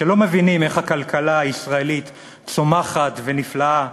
שלא מבינים איך הכלכלה הישראלית צומחת ונפלאה,